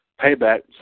payback